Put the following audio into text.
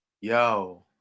yo